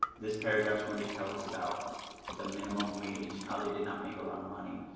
this paragraph is going to tell us about the minimum wage. how they did not make a lot of money.